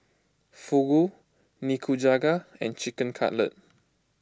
Fugu Nikujaga and Chicken Cutlet